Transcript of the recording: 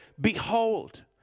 behold